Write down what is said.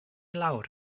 lawr